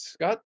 Scott